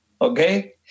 Okay